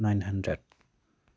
nine hundred